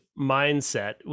mindset